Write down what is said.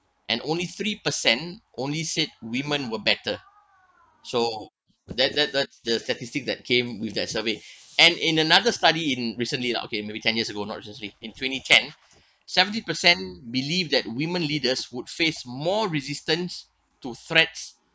and only three percent only said women were better so that that that the statistics that came with that survey and in another study in recently lah okay maybe ten years ago not recently in twenty ten seventy percent believe that women leaders would face more resistance to threats